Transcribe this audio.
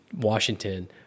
Washington-